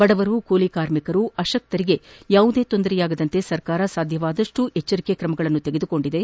ಬಡವರು ಕೂಲಿ ಕಾರ್ಮಿಕರು ಅಶಕ್ತರಿಗೆ ಯಾವುದೇ ತೊಂದರೆಯಾಗದಂತೆ ಸರ್ಕಾರ ಸಾಧ್ಯವಾದಷ್ಟು ಎಚ್ಚರಿಕೆ ಕ್ರಮವನ್ನು ತೆಗೆದುಕೊಂಡಿದೆ